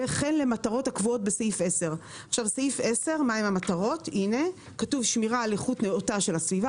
וכן למטרות הקבועות בסעיף 10. מה הן המטרות בסעיף 10?